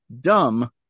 dumb